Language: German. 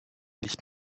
nicht